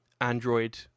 Android